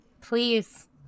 Please